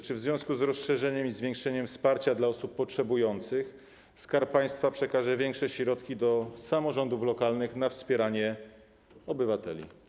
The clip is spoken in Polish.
Czy w związku z rozszerzeniem i zwiększeniem wsparcia dla osób potrzebujących Skarb Państwa przekaże większe środki do samorządów lokalnych na wspieranie obywateli?